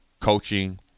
coaching